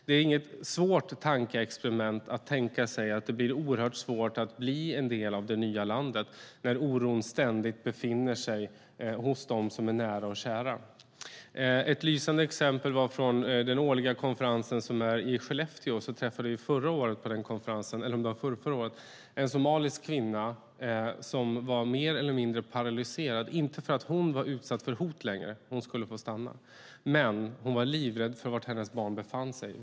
Det är inget svårt tankeexperiment att tänka sig att det blir oerhört svårt att bli en del av det nya landet när man har en ständig oro för dem som är nära och kära. Jag har ett lysande exempel från den årliga konferensen i Skellefteå. Förra året, eller om det var förrförra året, träffade vi på den konferensen en somalisk kvinna som var mer eller mindre paralyserad, men inte för att hon var utsatt för hot längre. Hon skulle få stanna. Men hon var livrädd för sina barns skull.